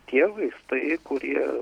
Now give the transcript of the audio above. tie vaistai kurie